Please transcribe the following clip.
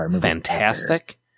fantastic